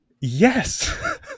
Yes